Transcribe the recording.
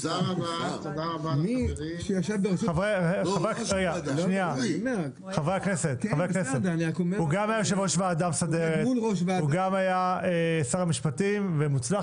הוא גם היה יושב-ראש הוועדה המסדרת וגם שר משפטים מוצלח,